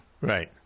Right